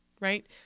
right